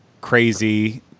crazy